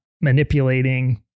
manipulating